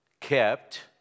kept